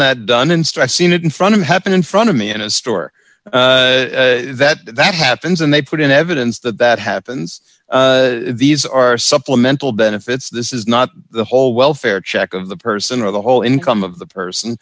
that done in streisand in front of happened in front of me in a store that that happens and they put in evidence that that happens these are supplemental benefits this is not the whole welfare check of the person or the whole income of the person